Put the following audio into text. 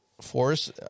force